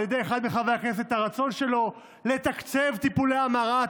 על ידי אחד מחברי הכנסת את הרצון שלו לתקצב טיפולי המרה,